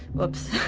whoops,